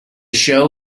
show